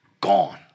Gone